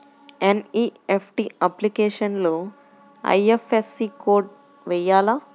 NEFT అప్లికేషన్లో IFSC code వేయాలా?